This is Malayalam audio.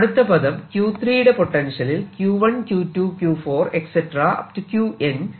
അടുത്ത പദം Q3 യുടെ പൊട്ടൻഷ്യലിൽ Q1 Q2 Q4